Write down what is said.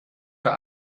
für